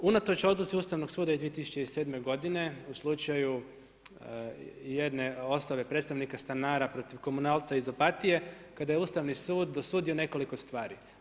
Unatoč odluci Ustavnog suda iz 2007.g. u slučaju jedne ostale predstavnika stanara protiv komunalca iz Opatije, kada je Ustavni sud dosudio nekoliko stvari.